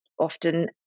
often